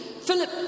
Philip